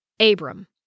Abram